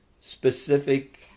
specific